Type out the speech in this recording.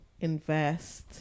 invest